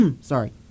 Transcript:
sorry